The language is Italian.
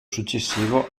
successivo